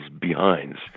behinds